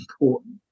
important